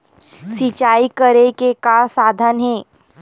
सिंचाई करे के का साधन हे?